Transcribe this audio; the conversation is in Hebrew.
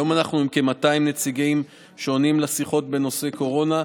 היום אנחנו עם כ-200 נציגים שעונים לשיחות בנושא קורונה,